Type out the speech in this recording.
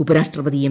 ഉപരാഷ്ട്രപതി എം